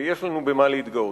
ויש לנו במה להתגאות.